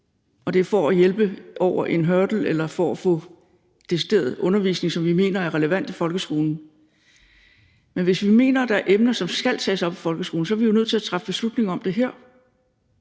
at det er for at hjælpe dem over en hurdle eller for at få decideret undervisning, som vi mener er relevant i folkeskolen. Men hvis vi mener, at der er emner, som skal tages op i folkeskolen, er vi jo nødt til at træffe beslutning om det her,